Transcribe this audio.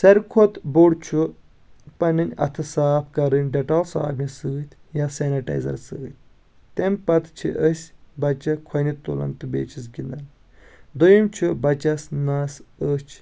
ساروٕے کھۄتہٕ بوٚڑ چھُ پنٔنۍ اَتھہٕ صاف کرٕنۍ ڈٮ۪ٹال صابنہِ سۭتۍ یا سینیٹایزر سۭتۍ تَمہِ پتہٕ چھ أسۍ بچہٕ کھۄنہِ تُلان تہٕ بیٚیہِ چِھس گِنٛدان دوٚیِم چھُ بچس نَس أچھ